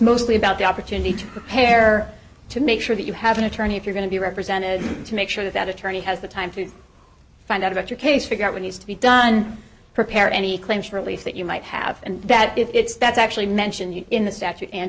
mostly about the opportunity to prepare to make sure that you have an attorney if you're going to be represented to make sure that attorney has the time to find out about your case figure out when he's to be done prepared any claims for release that you might have and that it's that's actually mentioned in the statute and